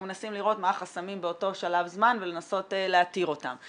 מנסים לראות מה החסמים באותו שלב זמן ולנסות להתיר אותם.